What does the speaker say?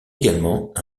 également